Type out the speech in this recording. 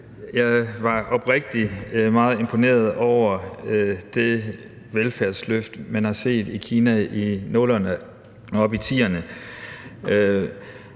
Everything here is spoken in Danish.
Jeg var oprigtigt meget imponeret over det velfærdsløft, vi så i Kina i 00'erne og op i 2010'erne,